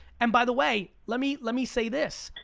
and by the way, let me let me say this,